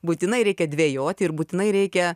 būtinai reikia dvejoti ir būtinai reikia